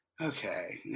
okay